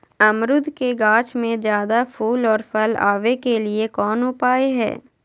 अमरूद के गाछ में ज्यादा फुल और फल आबे के लिए कौन उपाय है?